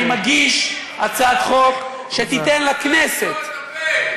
אני מגיש הצעת חוק שתיתן לכנסת, לסגור את הפה.